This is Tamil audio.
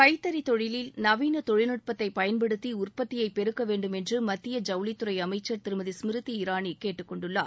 கைத்தறி தொழிலில் நவீன தொழில்நுட்பத்தை பயன்படுத்தி உற்பத்தியை பெருக்க வேண்டும் என்று நெசவாளர்களை மத்திய ஜவுளித்துறை அமைச்சர் திருமதி ஸ்மிருதி இரானி கேட்டுக் கொண்டுள்ளார்